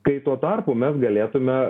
kai tuo tarpu mes galėtume